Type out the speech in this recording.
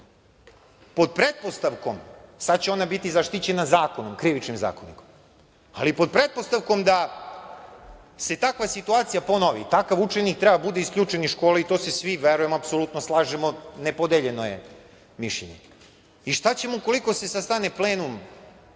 Pod pretpostavkom, sada će ona biti zaštićena zakonom, Krivičnim zakonikom, ali pod pretpostavkom da se takva situacija ponovi, takav učenik treba da bude isključen iz škole i to se svi, verujem, apsolutno slažemo, nepodeljeno je mišljenje i šta ćemo ukoliko se sastane plenum